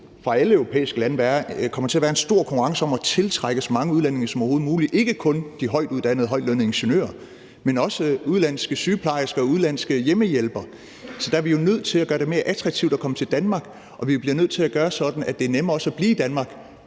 i alle europæiske lande til at være stor konkurrence om at tiltrække så mange udlændinge som overhovedet muligt, ikke kun de højtuddannede og højtlønnede ingeniører, men også udenlandske sygeplejersker og udenlandske hjemmehjælpere. Så der er vi jo nødt til at gøre det mere attraktivt at komme til Danmark, og vi bliver nødt til at gøre det sådan, at det også er nemmere at blive i Danmark,